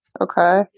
Okay